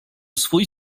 swój